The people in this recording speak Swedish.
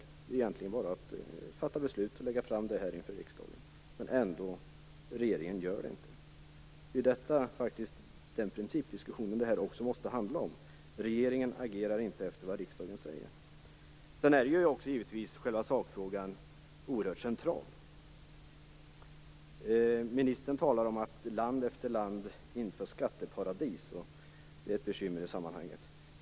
Det är egentligen bara att fatta beslut och lägga fram det här inför riksdagen. Men regeringen gör inte det. Den här principdiskussionen måste faktiskt också föras. Regeringen agerar inte efter vad riksdagen säger. Sedan är givetvis också själva sakfrågan oerhört central. Ministern talar om att land efter land inför skatteparadis; det är ett bekymmer i sammanhanget.